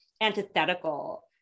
antithetical